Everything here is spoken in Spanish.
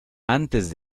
antes